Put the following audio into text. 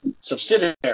subsidiary